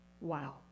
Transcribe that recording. Wow